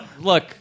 Look